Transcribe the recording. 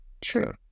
true